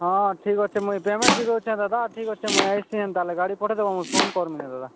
ହଁ ଠିକ୍ ଅଛେ ମୁଇଁ ପେମେଣ୍ଟ୍ ଦେଇ ଦେଉଛେ ଦାଦା ଠିକ୍ ଅଛେ ମୁଇଁ ଆସିଛି ହେନ୍ତା ହେଲେ ଗାଡ଼ି ପଠେଇ ଦେବ ମୁଇଁ ଫୋନ୍ କର୍ମି ନାଇଁ ଦାଦା